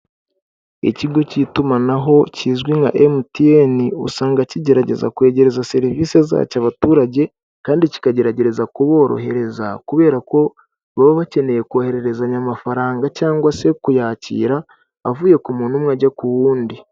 Ikigo cy'itumanaho kizwi nka MTN usanga kigerageza kwegereza serivisi zacyo abaturage, kandi kikagerageza kuborohereza kubera ko baba bakeneye kohererezanya amafaranga, cyangwa se kuyakira avuye ku muntu umwe ajya ku wundi.